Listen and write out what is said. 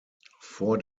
vor